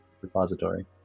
repository